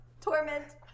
Torment